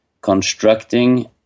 constructing